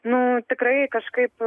nu tikrai kažkaip